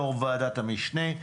יושב ראש ועדת המשנה,